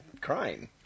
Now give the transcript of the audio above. crying